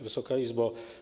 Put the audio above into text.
Wysoka Izbo!